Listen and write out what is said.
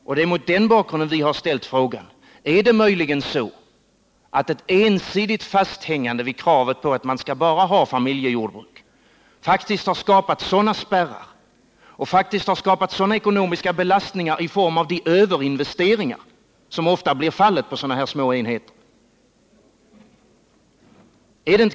Och det är mot den bakgrunden vi också ställt frågan: Är det möjligen så att ett ensidigt fasthängande vid kravet på att man skall ha bara familjejordbruk faktiskt skapat spärrar och skapat ekonomiska belastningar i form av de överinvesteringar som ofta blir fallet på sådana här små enheter?